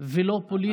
ולא פוליטיות ולא,